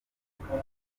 icyakora